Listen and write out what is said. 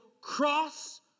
cross